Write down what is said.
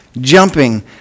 jumping